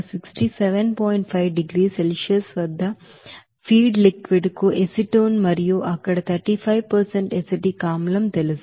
5 డిగ్రీల సెల్సియస్ వద్ద feed liquid కు ఎసిటోన్ మరియు అక్కడ 35 ఎసిటిక్ ఆమ్లం తెలుసు